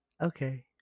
okay